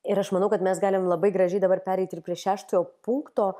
ir aš manau kad mes galim labai gražiai dabar pereiti ir prie šeštojo punkto